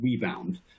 rebound